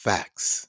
Facts